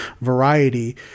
Variety